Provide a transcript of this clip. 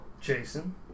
Jason